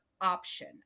option